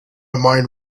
mind